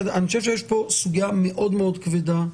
אני חושב שיש פה סוגיה מאוד-מאוד כבדה.